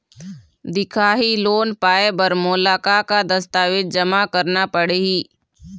दिखाही लोन पाए बर मोला का का दस्तावेज जमा करना पड़ही?